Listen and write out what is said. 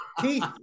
Keith